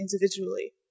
individually